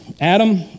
Adam